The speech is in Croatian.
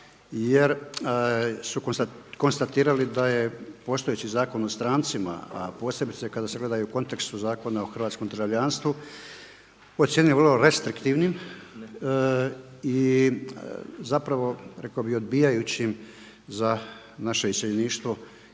jer su konstatirali da je postojeći Zakon o strancima a posebice kada se gledaju u kontekstu Zakona o hrvatskom državljanstvu ocijenili vrlo restriktivnim i zapravo rekao bi odbijajućim za naše iseljeništvo